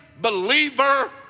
believer